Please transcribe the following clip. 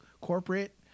corporate